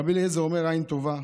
רבי אליעזר אומר, עין טובה.